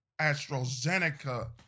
AstraZeneca